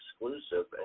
exclusive